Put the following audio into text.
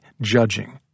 judging